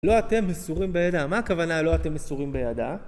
לא אתם מסורים בידה, מה הכוונה לא אתם מסורים בידה?